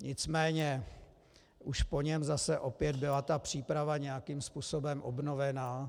Nicméně už po něm zase opět byla ta příprava nějakým způsobem obnovená.